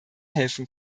helfen